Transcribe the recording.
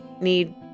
need